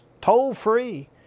toll-free